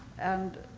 and